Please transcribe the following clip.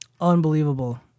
Unbelievable